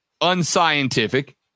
unscientific